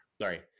Sorry